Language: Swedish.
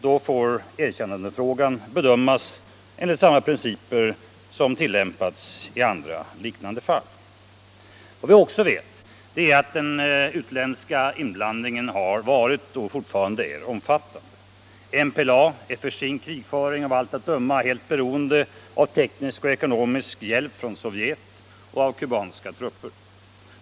Då får erkännandefrågan bedömas enligt samma principer som tillämpas i andra liknande fall. Vad vi också vet är att den utländska inblandningen har varit och fortfarande är omfattande. MPLA är för sin krigföring av allt att döma helt beroende av teknisk och ekonomisk hjälp från Sovjet och av kubanska trupper.